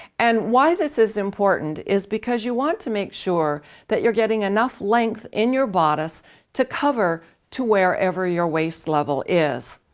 and why this is important is because you want to make sure that you're getting enough length in your bodice to cover to wherever your waist level is.